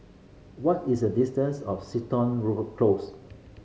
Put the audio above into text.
what is the distance of Crichton Close